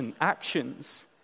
actions